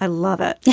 i love it. yeah